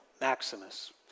Maximus